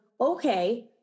okay